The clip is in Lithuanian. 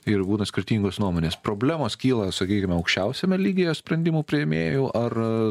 ir būna skirtingos nuomonės problemos kyla sakykime aukščiausiame lygyje sprendimų priėmėjų ar